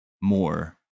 more